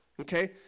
okay